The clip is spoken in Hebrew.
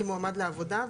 כמועמד לעבודה,